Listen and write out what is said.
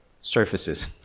surfaces